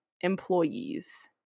employees